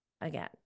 Again